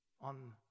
on